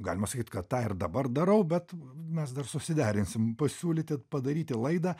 galima sakyt kad tą ir dabar darau bet mes dar susiderinsim pasiūlyti padaryti laidą